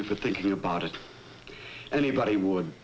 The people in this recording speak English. you for thinking about it anybody would